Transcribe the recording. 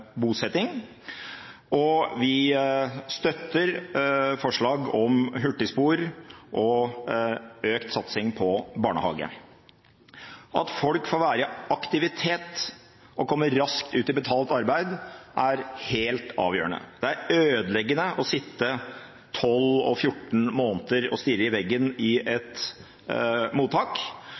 bosetting, og vi støtter forslag om hurtigspor og økt satsing på barnehage. At folk får være i aktivitet og kommer raskt ut i betalt arbeid, er helt avgjørende. Det er ødeleggende å sitte og stirre i veggen i et mottak